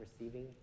receiving